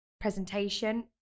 presentation